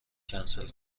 کنسل